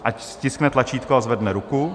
Ať stiskne tlačítko a zvedne ruku.